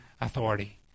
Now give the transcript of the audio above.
authority